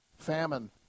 Famine